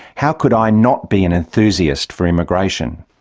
how could i not be an enthusiast for immigration?